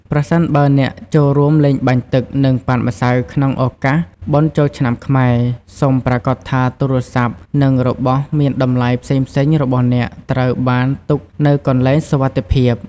ប្រសិនបើអ្នកចូលរួមលេងបាញ់ទឹក និងប៉ាតម្សៅក្នុងឱកាសបុណ្យចូលឆ្នាំខ្មែរ សូមប្រាកដថាទូរស័ព្ទ និងរបស់មានតម្លៃផ្សេងៗរបស់អ្នកត្រូវបានទុកនៅកន្លែងសុវត្ថិភាព។